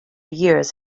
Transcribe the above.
years